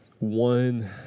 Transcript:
one